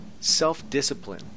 self-discipline